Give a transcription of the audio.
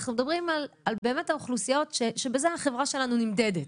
אנחנו מדברים באמת על אוכלוסיות שבזה החברה שלנו נמדדת.